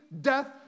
death